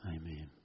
Amen